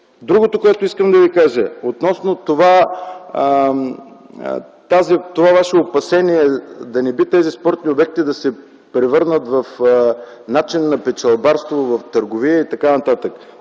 Другото, което искам да Ви кажа, е относно това Ваше опасение – да не би тези спортни обекти да се превърнат в начин за печелбарство, търговия и т.н.